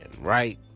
right